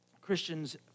Christians